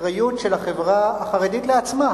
האחריות של החברה החרדית לעצמה